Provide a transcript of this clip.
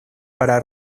para